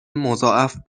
مضاعف